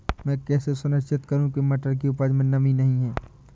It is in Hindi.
मैं कैसे सुनिश्चित करूँ की मटर की उपज में नमी नहीं है?